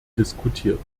diskutiert